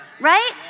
right